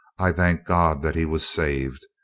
i thank god that he was saved.